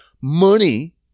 Money